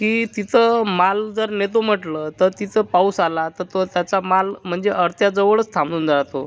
की तिचं माल जर नेतो म्हटलं तर तिचं पाऊस आला तर तो त्याचा माल म्हणजे अडत्याजवळच थांबून जातो